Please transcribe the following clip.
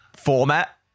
format